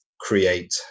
create